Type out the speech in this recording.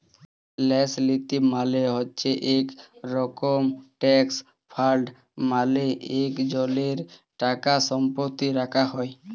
ল্যাস লীতি মালে হছে ইক রকম ট্রাস্ট ফাল্ড মালে ইকজলের টাকাসম্পত্তি রাখ্যা হ্যয়